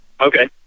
Okay